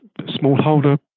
smallholder